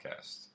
podcast